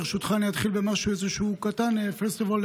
ברשותך אני אתחיל במשהו קטן: First of all,